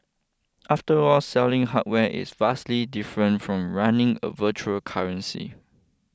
after all selling hardware is vastly different from running a virtual currency